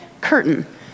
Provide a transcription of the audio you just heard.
curtain